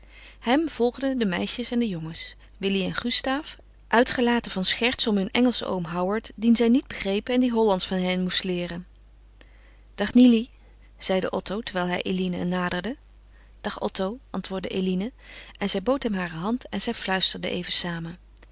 hem volgden de meisjes en de jongens willy en gustaaf uitgelaten van scherts om hun engelschen oom howard dien zij niet begrepen en die hollandsch van hen moest leeren dag nily zeide otto terwijl hij eline naderde dag otto antwoordde eline en zij bood hem hare hand en zij fluisterden even samen